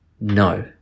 No